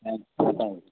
ஆ thank you